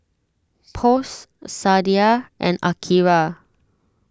Post Sadia and Akira